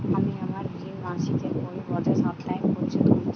আমি আমার ঋণ মাসিকের পরিবর্তে সাপ্তাহিক পরিশোধ করছি